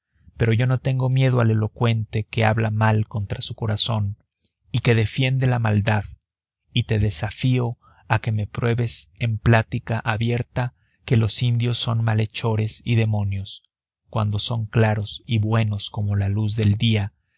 pero yo no tengo miedo al elocuente que habla contra su corazón y que defiende la maldad y te desafío a que me pruebes en plática abierta que los indios son malhechores y demonios cuando son claros y buenos como la luz del día